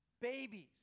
babies